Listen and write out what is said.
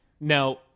now